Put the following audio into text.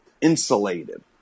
insulated